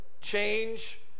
Change